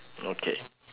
okay